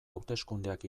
hauteskundeak